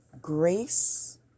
grace